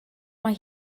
mae